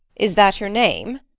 is that your name?